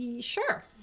Sure